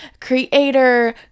creator